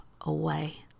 away